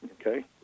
Okay